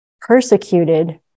persecuted